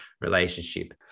relationship